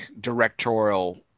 directorial